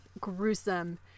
gruesome